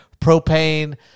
propane